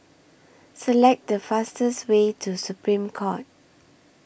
Select The fastest Way to Supreme Court